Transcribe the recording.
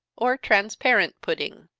or transparent pudding,